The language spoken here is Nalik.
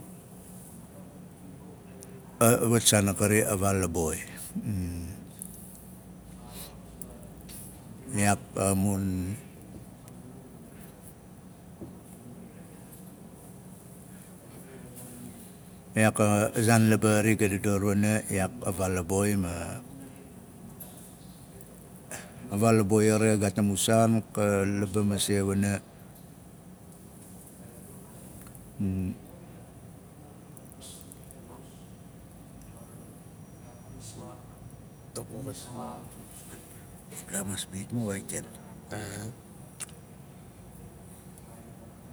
wat saan a kari a vaal aboi iyaak a mun iyaak a zaan laba xari ga dador wana iyaak a vaal a boi ma a vaal a boi xari xa gaat a mu saan ka laba masei wana